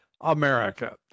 America